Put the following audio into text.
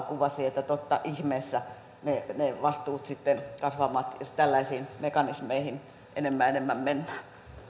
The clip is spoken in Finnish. kuvasi että totta ihmeessä ne ne vastuut sitten kasvavat jos tällaisiin mekanismeihin enemmän ja enemmän mennään